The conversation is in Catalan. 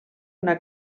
una